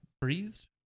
breathed